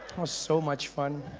was so much fun